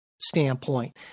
standpoint